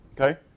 Okay